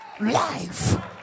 life